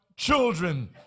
Children